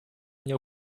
nie